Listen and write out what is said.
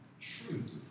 Truth